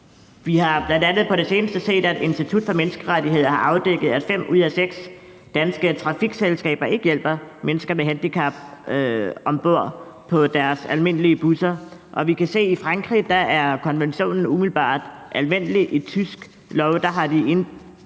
Vi har bl.a. på det seneste set, at Institut for Menneskerettigheder har afdækket, at fem ud af seks danske trafikselskaber ikke hjælper mennesker med handicap ombord på deres almindelige busser, og vi kan se, at i Frankrig er konventionen umiddelbart anvendelig, og